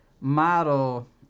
model